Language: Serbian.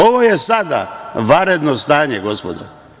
Ovo je sada vanredno stanje, gospodo.